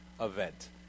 event